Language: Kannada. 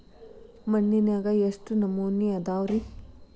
ಮಣ್ಣಿನಾಗ ಎಷ್ಟು ನಮೂನೆ ಅದಾವ ರಿ?